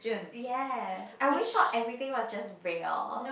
yes I always thought everything was just real